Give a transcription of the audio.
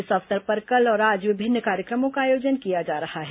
इस अवसर पर कल और आज विभिन्न कार्यक्रमों का आयोजन किया जा रहा है